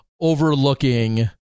overlooking